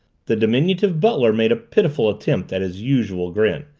the diminutive butler made a pitiful attempt at his usual grin.